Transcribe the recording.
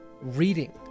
reading